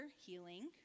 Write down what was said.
healing